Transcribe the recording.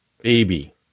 baby